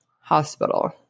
hospital